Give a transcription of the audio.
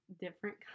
different